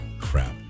crap